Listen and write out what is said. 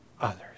others